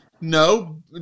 No